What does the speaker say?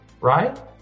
right